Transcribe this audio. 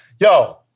Yo